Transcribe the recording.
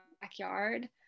backyard